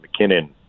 McKinnon